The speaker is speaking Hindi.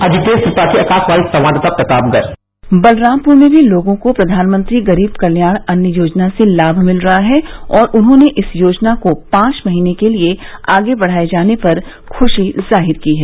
अजितेश प्रताप त्रिपाठी आकाशवाणी समाचार प्रतापगढ़ बलरामपुर में भी लोगों को प्रधानमंत्री गरीब कल्याण अन्न योजना से लाम मिल रहा है और उन्होंने इस योजना को पांच महीने के लिये आगे बढ़ाये जाने पर खुशी जाहिर की है